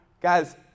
guys